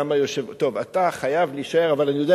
גם היושב-ראש, טוב, אתה חייב להישאר, אבל אני יודע